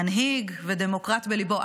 מנהיג ודמוקרט בליבו.